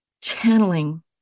channeling